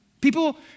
People